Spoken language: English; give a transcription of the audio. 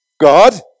God